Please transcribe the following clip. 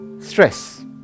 stress